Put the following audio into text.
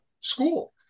school